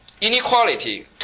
inequality